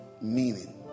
meaning